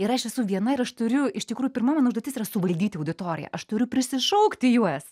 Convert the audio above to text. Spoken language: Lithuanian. ir aš esu viena ir aš turiu iš tikrųjų pirma mano užduotis yra suvaldyti auditoriją aš turiu prisišaukti juos